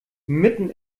mitten